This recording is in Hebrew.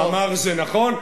הוא אמר שזה נכון.